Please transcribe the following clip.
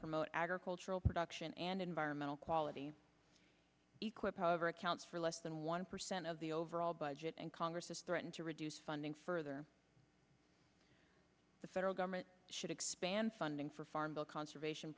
promote agricultural production and environmental quality equip our accounts for less than one percent of the overall budget and congress has threatened to reduce funding further the federal government should expand funding for farm bill conservation